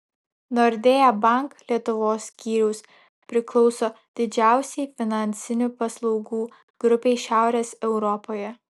nordea bank lietuvos skyrius priklauso didžiausiai finansinių paslaugų grupei šiaurės europoje